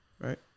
Right